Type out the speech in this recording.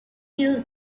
use